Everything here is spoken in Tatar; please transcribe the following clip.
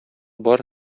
бар